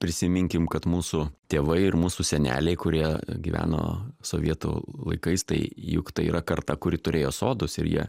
prisiminkim kad mūsų tėvai ir mūsų seneliai kurie gyveno sovietų laikais tai juk tai yra karta kuri turėjo sodus ir jie